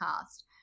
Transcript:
cast